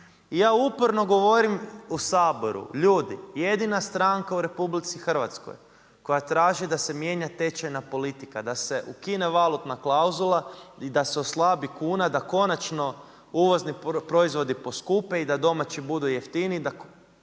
Ja uporno govorim u Saboru, ljudi, jedina stranka u RH koja traži da se mijenja tečajna politika, da se ukine valutna klauzula i da se oslabi kuna, da konačno uvozni proizvodi poskupe i da domaći budu jeftiniji,